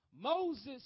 Moses